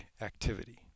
activity